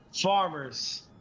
farmers